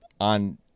on